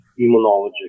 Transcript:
immunology